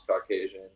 Caucasian